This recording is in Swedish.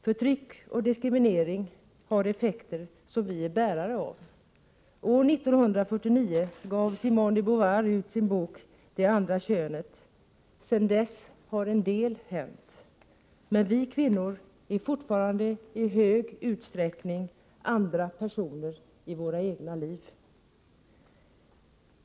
Förtryck och diskriminering har effekter som vi är bärare av. År 1949 gav Simone de Beauvoir ut sin bok Det andra könet. Sedan dess har en del hänt, men vi kvinnor är fortfarande i stor utsträckning andra person i våra egna liv.